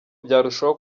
byarushaho